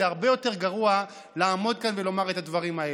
זה הרבה יותר גרוע לעמוד כאן ולומר את הדברים האלה.